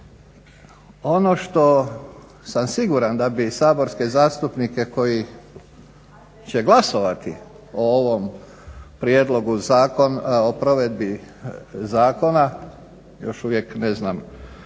Ono što sam siguran da bi saborske zastupnike koji će glasovati o ovom prijedloga, o provedbi zakona još uvijek ne znam